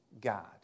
God